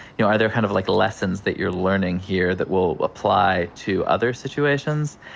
you know, are there kind of, like, lessons that you're learning here that will apply to other situations?